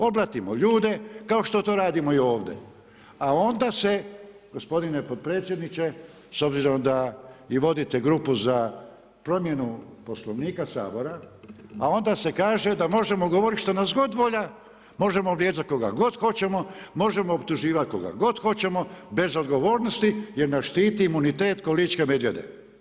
Oblatimo ljude kao što to radimo i ovdje, a onda se gospodine potpredsjedniče s obzirom sa i vodite grupu za promjenu Poslovnika Sabora, a onda se kaže da možemo govoriti što nas god volja, možemo vrijeđati koga god hoćemo, možemo optuživati koga god hoćemo bez odgovornosti jer nas štiti imunitet k'o ličke medvjede.